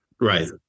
Right